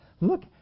Look